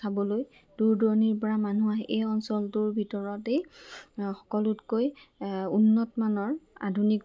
চাবলৈ দূৰ দূৰণিৰ পৰা মানুহ আহে এই অঞ্চলটোৰ ভিতৰতেই সকলোতকৈ এ উন্নতমানৰ আধুনিক